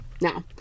Now